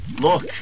Look